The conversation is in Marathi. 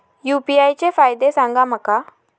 यू.पी.आय चे फायदे सांगा माका?